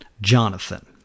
Jonathan